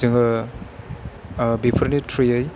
जोङो बेफोरनि थ्रुयै